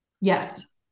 Yes